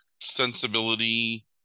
sensibility